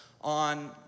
on